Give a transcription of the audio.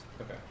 Okay